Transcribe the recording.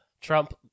Trump